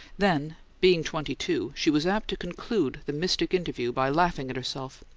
then, being twenty-two, she was apt to conclude the mystic interview by laughing at herself,